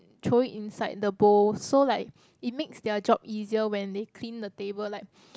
throw it inside the bowl so like it makes their job easier when they clean the table like